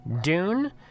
Dune